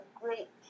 great